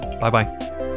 Bye-bye